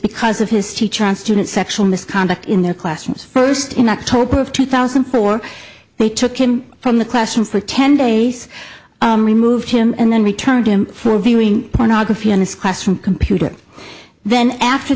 because of his teacher on student sexual misconduct in their classrooms first in october of two thousand and four they took him from the classroom for ten days removed him and then returned him for viewing pornography on his classroom computer then after